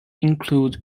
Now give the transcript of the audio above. include